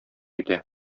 итә